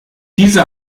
diese